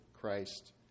Christ